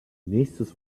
nächstes